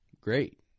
great